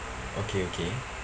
okay okay